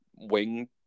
Wing